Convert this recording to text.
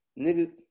nigga